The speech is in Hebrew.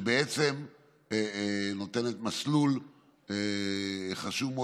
שבעצם נותנת מסלול חשוב מאוד.